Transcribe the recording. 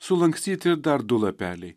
sulankstyti dar du lapeliai